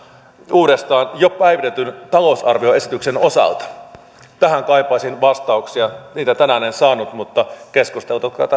uudestaan jo päivitetyn talousarvioesityksen osalta tähän kaipaisin vastauksia niitä tänään en saanut mutta keskustelu